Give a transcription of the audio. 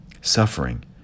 Suffering